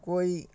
कोइ